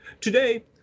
Today